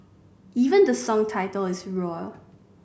even the song's title is roar